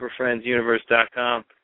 SuperFriendsUniverse.com